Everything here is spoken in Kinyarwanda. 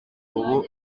ubu